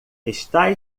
está